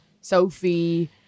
sophie